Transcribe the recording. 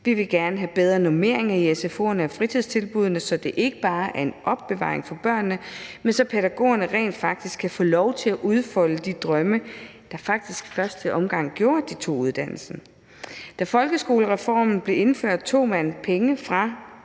Vi vil gerne have bedre normeringer i sfo'erne og fritidstilbuddene, så det ikke bare er en opbevaring af børnene, men så pædagogerne kan få lov til at udfolde de drømme, der faktisk i første omgang gjorde, at de tog uddannelsen. Da folkeskolereformen blev indført, tog man pengene fra